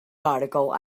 article